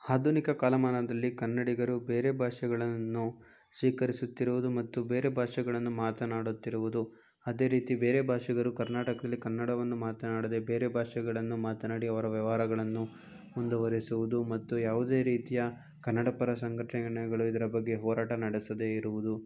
ಆಧುನಿಕ ಕಾಲಮಾನದಲ್ಲಿ ಕನ್ನಡಿಗರು ಬೇರೆ ಭಾಷೆಗಳನ್ನು ಸ್ವೀಕರಿಸುತ್ತಿರುವುದು ಮತ್ತು ಬೇರೆ ಭಾಷೆಗಳನ್ನು ಮಾತನಾಡುತ್ತಿರುವುದು ಅದೇ ರೀತಿ ಬೇರೆ ಭಾಷಿಗರು ಕರ್ನಾಟಕದಲ್ಲಿ ಕನ್ನಡವನ್ನು ಮಾತನಾಡದೇ ಬೇರೆ ಭಾಷೆಗಳನ್ನು ಮಾತನಾಡಿ ಅವರ ವ್ಯವಹಾರಗಳನ್ನು ಮುಂದುವರೆಸುವುದು ಮತ್ತು ಯಾವುದೇ ರೀತಿಯ ಕನ್ನಡ ಪರ ಸಂಘಟನೆಗಳು ಇದರ ಬಗ್ಗೆ ಹೋರಾಟ ನಡೆಸದೇ ಇರುವುದು